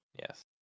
Yes